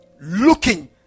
looking